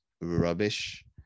rubbish